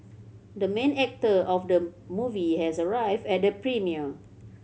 the main actor of the movie has arrived at the premiere